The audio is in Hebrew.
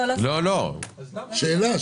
זאת שאלה.